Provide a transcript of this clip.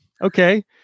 okay